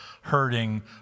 hurting